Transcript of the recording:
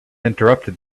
interrupted